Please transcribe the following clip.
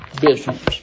business